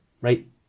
right